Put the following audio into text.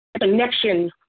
Connection